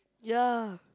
ya